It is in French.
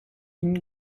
une